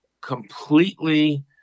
completely